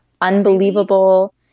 unbelievable